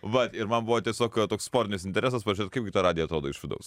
vat ir man buvo tiesiog toks sportinis interesas pažiūrėt kaipgi ta radija atrodo iš vidaus